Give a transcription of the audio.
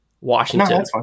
washington